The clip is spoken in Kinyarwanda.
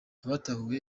abahatuye